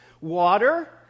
Water